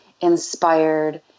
inspired